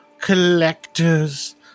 collectors